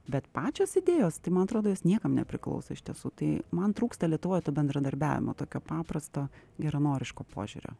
bet pačios idėjos tai man atrodo jos niekam nepriklauso iš tiesų tai man trūksta lietuvoj to bendradarbiavimo tokio paprasto geranoriško požiūrio